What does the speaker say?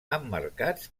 emmarcats